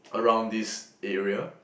around this area